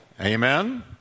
amen